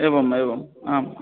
एवम् एवम् आम्